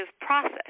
process